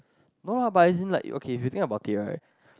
no lah but as in like okay if you think about it right